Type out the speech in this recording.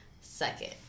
Second